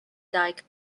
dyke